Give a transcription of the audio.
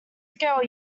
scale